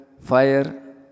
fire